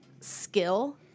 skill